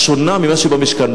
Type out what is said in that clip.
השונה ממה שבמשכן.